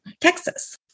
Texas